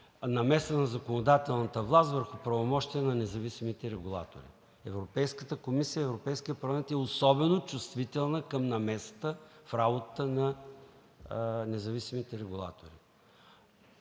намеса на законодателната власт върху правомощия на независимите регулатори. Европейската комисия и Европейският парламент са особено чувствителни към намесата в работата на независимите регулатори.